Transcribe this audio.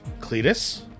Cletus